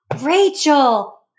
Rachel